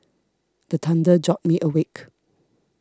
the thunder jolt me awake